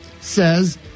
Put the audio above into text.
says